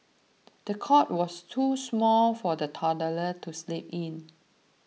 the cot was too small for the toddler to sleep in